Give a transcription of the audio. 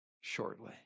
shortly